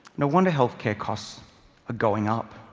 no wonder healthcare costs are going up.